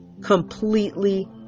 completely